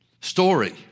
story